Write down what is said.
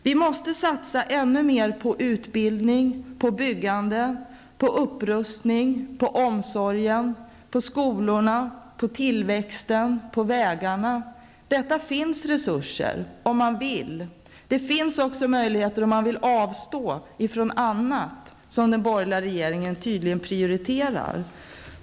Vi måste satsa ännu mer på utbildningen, på byggandet, på upprustning, på omsorgen, på skolorna, på tillväxten, på vägarna -- för detta finns resurser, om man vill. Det finns också möjligheter om man vill avstå från annat, som den borgerliga regeringen tydligen prioriterar.